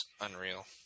unreal